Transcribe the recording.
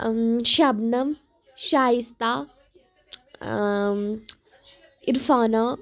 Shabnam Shayista Arfana